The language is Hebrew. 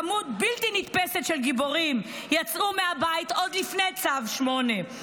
כמות בלתי נתפסת של גיבורים יצאו מהבית עוד לפני צו 8,